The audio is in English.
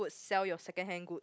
sell your secondhand good